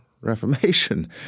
Reformation